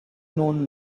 known